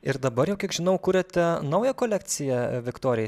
ir dabar jau kiek žinau kuriate naują kolekciją viktorijai